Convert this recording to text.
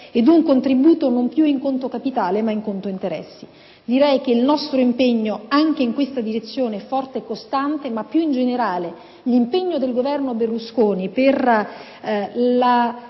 ed un contributo non più in conto capitale ma in conto interessi. Il nostro impegno anche in questa direzione è forte e costante, ma più in generale l'impegno del Governo Berlusconi per